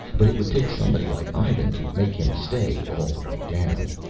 but it would take somebody like ivan to make him stay all the way down.